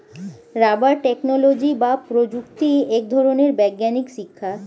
rubber technology বা প্রযুক্তি এক ধরনের বৈজ্ঞানিক শিক্ষা